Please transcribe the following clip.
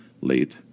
Late